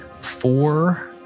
four